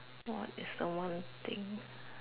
what is the one thing